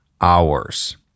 hours